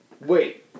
wait